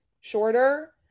shorter